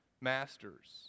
masters